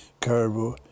caribou